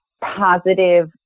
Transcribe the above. positive